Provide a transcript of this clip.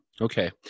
Okay